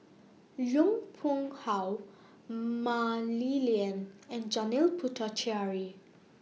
Yong Pung How Mah Li Lian and Janil Puthucheary